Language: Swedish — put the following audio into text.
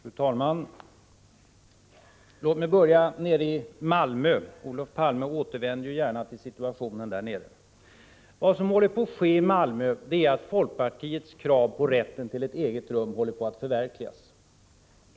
Fru talman! Låt mig börja nere i Malmö. Olof Palme återvänder ju gärna till situationen där nere. Vad som sker i Malmö är att folkpartiets krav på rätten till ett eget rum håller på att förverkligas.